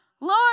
Lord